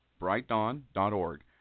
brightdawn.org